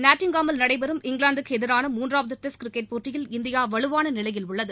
நாட்டிங்காமில் நடைபெறும் இங்கிலாந்துக்கு எதிரான மூன்றாவது டெஸ்ட் கிரிக்கெட் போட்டியில் இந்தியா வலுவான நிலையில் உள்ளது